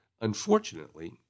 unfortunately